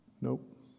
Nope